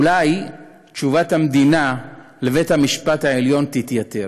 אולי תשובת המדינה לבית-המשפט העליון תתייתר.